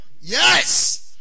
Yes